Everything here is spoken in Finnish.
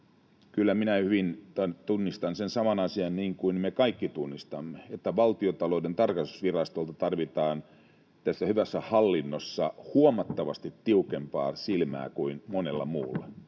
Kyllä minä hyvin tunnistan sen saman asian, niin kuin me kaikki tunnistamme, että Valtiontalouden tarkastusvirastolta tarvitaan hyvässä hallinnossa huomattavasti tiukempaa silmää kuin monella muulla,